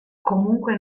comunque